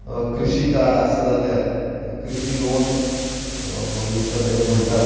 कृशी कार्ड आसा जाल्यार कृशी लोन म्हाका दिसता ताका म्हणटात